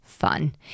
fun